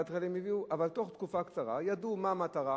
אבל תוך תקופה קצרה ידעו מה המטרה.